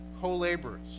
co-laborers